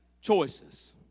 choices